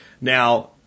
Now